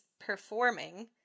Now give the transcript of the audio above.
performing